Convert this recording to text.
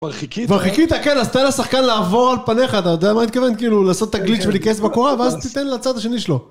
ורחיקית? ורחיקית, כן, אז תן לשחקן לעבור על פניך, אתה יודע מה התכוון כאילו, לעשות את הגליץ' ולכנס בקורה, ואז תתן לצד השני שלו.